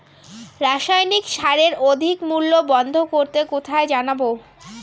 রাসায়নিক সারের অধিক মূল্য বন্ধ করতে কোথায় জানাবো?